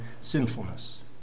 sinfulness